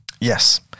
Yes